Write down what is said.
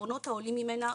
ולעקרונות העולים ממנה,